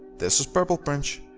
this was prplprnch,